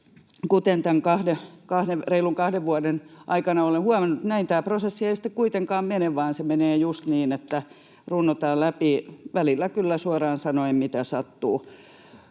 kuten tämän reilun kahden vuoden aikana olen huomannut, näin tämä prosessi ei sitten kuitenkaan mene, vaan se menee just niin, että runnotaan läpi välillä kyllä — suoraan sanoen — mitä sattuu,